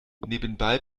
nebenbei